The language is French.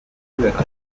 libéral